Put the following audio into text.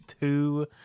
two